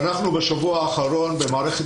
ובשבוע האחרון קיימנו מספר דיונים במערכת